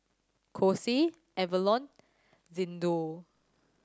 Kose Avalon Xndo